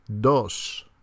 dos